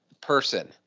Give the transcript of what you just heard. person